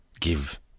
give